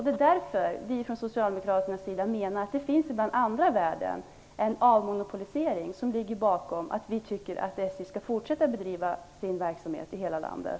Det är därför vi från socialdemokratisk sida menar att det finns andra värden än avmonopolisering som ligger bakom att vi tycker att SJ skall fortsätta bedriva sin verksamhet i hela landet.